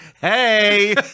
hey